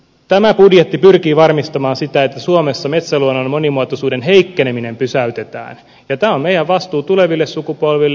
tämä budjetti pyrkii varmistamaan sitä että suomessa metsäluonnon monimuotoisuuden heikkeneminen pysäytetään ja tämä on meidän vastuumme tuleville sukupolville